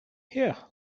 here